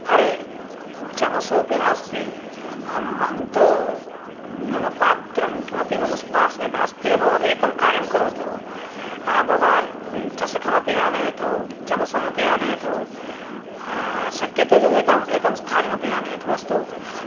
अरे चमसोऽपि नास्ति अहम् अहं तु नाम पात्रं किमपि मम पार्श्वे नास्ति एव एकं कार्यं करोतु भवान् चषकम् अपि आनयतु चमसम् अपि आनयतु शक्यते चेत् एकम् एकं स्थालिकम् अपि आनयतु अस्तु